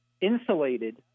insulated